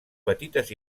petites